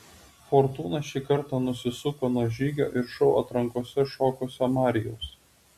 fortūna šį kartą nusisuko nuo žygio ir šou atrankose šokusio marijaus